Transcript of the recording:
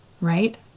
Right